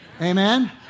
Amen